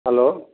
hello